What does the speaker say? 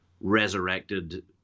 resurrected